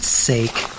sake